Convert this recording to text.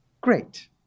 Great